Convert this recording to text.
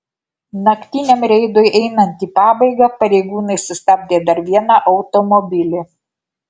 naktiniam reidui einant į pabaigą pareigūnai sustabdė dar vieną automobilį